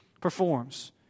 performs